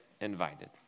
invited